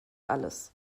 alles